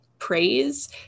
praise